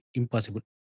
impossible